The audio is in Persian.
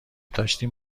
داشتین